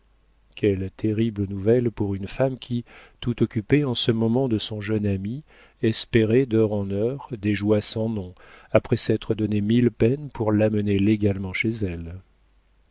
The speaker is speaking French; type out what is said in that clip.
quelle terrible nouvelle pour une femme qui tout occupée en ce moment de son jeune ami espérait d'heure en heure des joies sans nom après s'être donné mille peines pour l'amener légalement chez elle